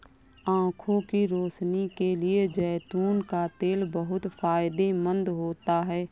आंखों की रोशनी के लिए जैतून का तेल बहुत फायदेमंद होता है